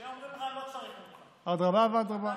שאומרים לך: אני לא צריך ממך, אתה מיוחס.